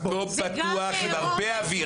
פתוח, עם הרבה אוויר.